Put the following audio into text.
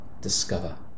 discover